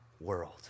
world